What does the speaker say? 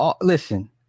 listen